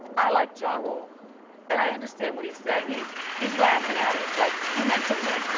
i like ja rule and i understand what he's saying. he's he's laughing at it, like you mentioned me.